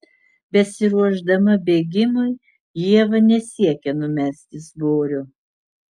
besiruošdama bėgimui ieva nesiekia numesti svorio